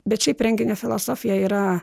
bet šiaip renginio filosofija yra